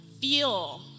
feel